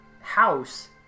house